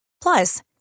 Plus